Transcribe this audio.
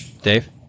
Dave